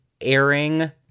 airing